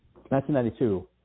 1992